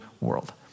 world